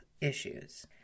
issues